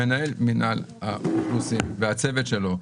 מנהל מינהל האוכלוסין והצוות שלו,